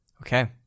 Okay